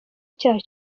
icyaha